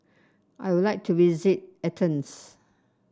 I would like to visit Athens